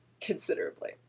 considerably